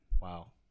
Wow